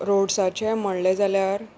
रोड्साचे म्हणलें जाल्यार